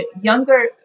younger